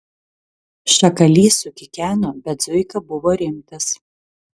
šakalys sukikeno bet zuika buvo rimtas